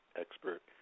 expert